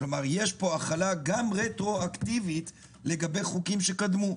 כלומר יש פה החלה גם רטרואקטיבית לגבי חוקים שקדמו.